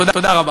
תודה רבה.